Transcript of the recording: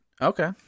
Okay